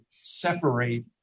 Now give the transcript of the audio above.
separate